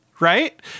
Right